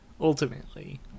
ultimately